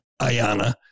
Ayana